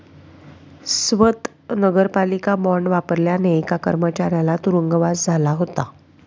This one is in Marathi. स्वत नगरपालिका बॉंड वापरल्याने एका कर्मचाऱ्याला तुरुंगवास झाला होता